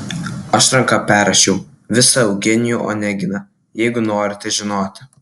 aš ranka perrašiau visą eugenijų oneginą jeigu norite žinoti